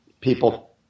people